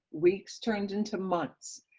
weeks turned into months,